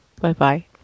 Bye-bye